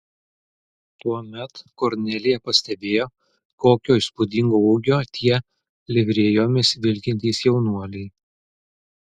tuomet kornelija pastebėjo kokio įspūdingo ūgio tie livrėjomis vilkintys jaunuoliai